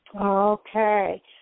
Okay